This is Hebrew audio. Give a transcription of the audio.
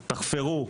תחפרו.